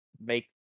make